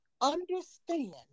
understand